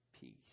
peace